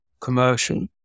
commercial